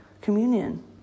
communion